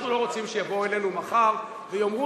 אנחנו לא רוצים שיבואו אלינו מחר ויאמרו